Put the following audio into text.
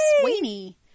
sweeney